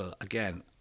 again